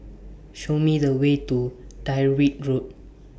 Show Me The Way to Tyrwhitt Road